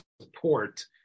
support